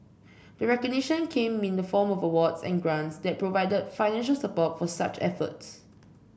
the recognition came in the form of awards and grants that provide financial support for such efforts